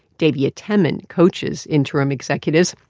davia temin coaches interim executives.